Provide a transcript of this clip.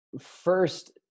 first